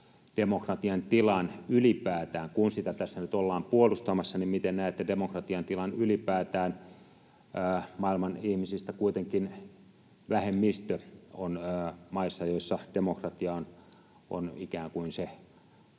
demokratian tilan ylipäätään — kun sitä tässä nyt ollaan puolustamassa, miten näette demokratian tilan ylipäätään? Maailman ihmisistä kuitenkin vähemmistö on maissa, joissa demokratia on ikään kuin se